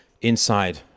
inside